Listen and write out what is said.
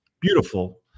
Beautiful